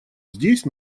здесь